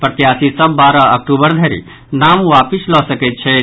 प्रत्याशी सभ बारह अक्टूबर धरि नाम वापिस लऽ सकैत छथि